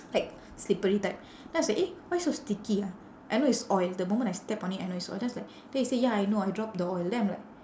like slippery type then I say eh why so sticky ah I know it's oil the moment I step on it I know it's oil then I was like then he say ya I know I dropped the oil then I'm like